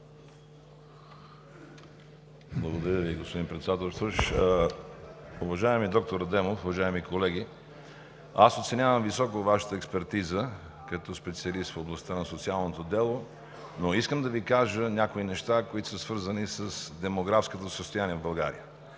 Благодаря Ви, господин Председателстващ. Уважаеми доктор Адемов, уважаеми колеги! Оценявам високо Вашата експертиза като специалист в областта на социалното дело, но искам да Ви кажа някои неща, свързани с демографското състояние в България.